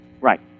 Right